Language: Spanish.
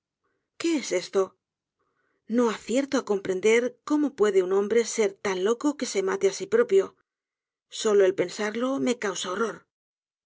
s e s t o acierto á comprender cómo puede un hombre ser tan loco que se mate á sí propio solo el pensarlo me causa horror